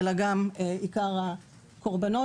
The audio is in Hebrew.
אלא גם עיקר הקורבנות,